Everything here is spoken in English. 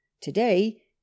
Today